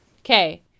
Okay